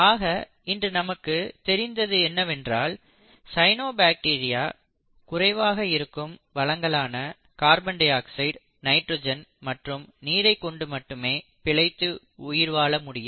ஆக இன்று நமக்குத் தெரிந்தது என்னவென்றால் சயனோபாக்டீரியா குறைவாக இருக்கும் வளங்களான கார்பன் டை ஆக்சைடு நைட்ரஜன் மற்றும் நீரை கொண்டு மட்டுமே பிழைத்து உயிர் வாழ முடியும்